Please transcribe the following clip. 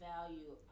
Value